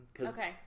Okay